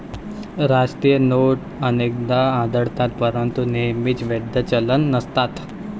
राष्ट्रीय नोट अनेकदा आढळतात परंतु नेहमीच वैध चलन नसतात